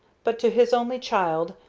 but to his only child,